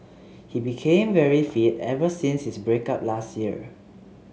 he became very fit ever since his break up last year